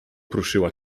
prószyła